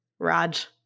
Raj